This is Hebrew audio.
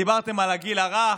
דיברתם על הגיל הרך,